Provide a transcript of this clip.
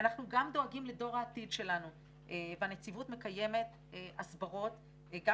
אנחנו גם דואגים לדור העתיד שלנו והנציבות מקיימת הסברות גם